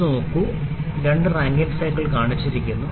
ഇത് നോക്കൂ രണ്ട് റാങ്കൈൻ സൈക്കിളുകൾ കാണിച്ചിരിക്കുന്നു